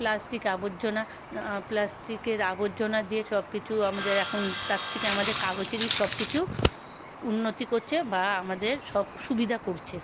plastic আবর্জনা প্লাস্টিকের আবর্জনা দিয়ে সব কিছু আমাদের এখন তার থেকে আমাদের কাগজেরই সব কিছু উন্নতি করছে বা আমাদের সব সুবিধা করছে